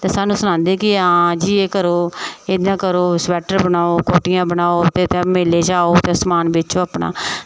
ते सानूं सनांदे की आं जी एह् करो इ'यां करो स्वेटर बनाओ कोट्टियां बनाओ अपने अपने मेले च आओ ते समान बेचो अपना